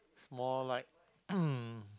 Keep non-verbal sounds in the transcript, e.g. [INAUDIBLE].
is more like [NOISE]